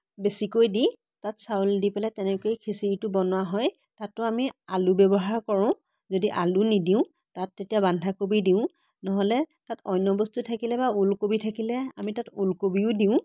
বেছিকৈ দি তাত চাউল দি পেলাই তেনেকৈয়ে খিচিৰিটো বনোৱা হয় তাতো আমি আলু ব্যৱহাৰ কৰোঁ যদি আলু নিদিওঁ তাত তেতিয়া বন্ধাকবি দিওঁ নহ'লে তাত অন্য বস্তু থাকিলে বা ওলকবি থাকিলে আমি তাত ওলকবিও দিওঁ